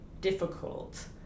difficult